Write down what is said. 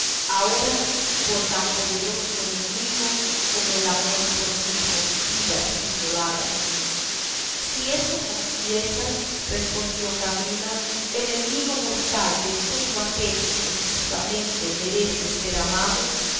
ahora por tan poderoso enemigo como el amor por mí rompidas y violadas si eso confiesas respondió camila enemigo mortal de todo aquello que justamente merece ser amado